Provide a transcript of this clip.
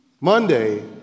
Monday